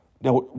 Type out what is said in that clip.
Now